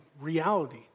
reality